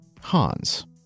Hans